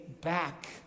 back